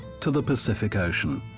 to the pacific ocean.